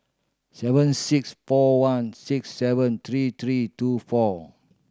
seven six four one six seven three three two four